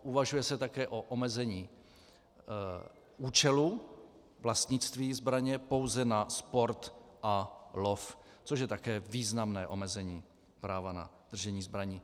Uvažuje se také o omezení účelu vlastnictví zbraně pouze na sport a lov, což je také významné omezení práva na držení zbraní.